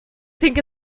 think